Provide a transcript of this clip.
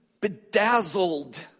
bedazzled